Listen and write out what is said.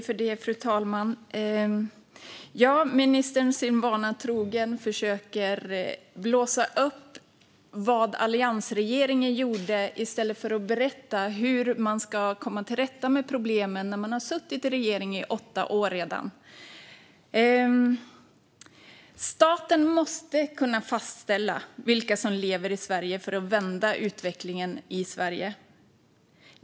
Fru talman! Ministern försöker sin vana trogen blåsa upp vad alliansregeringen gjorde i stället för att berätta hur man ska komma till rätta med problemen när man redan har suttit i regering i åtta år. Staten måste kunna fastställa vilka som lever i Sverige för att kunna vända utvecklingen i landet.